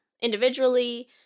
individually